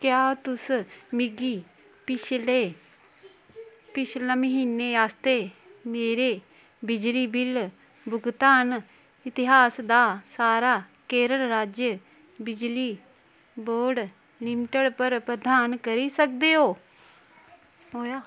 क्या तुस मिगी पिछले पिछला म्हीनै आस्तै मेरे बिजली बिल भुगतान इतिहास दा सार केरल राज्य बिजली बोर्ड लिमिटेड पर प्रधान करी सकदे ओ